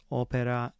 opera